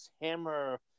Hammer